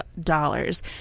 dollars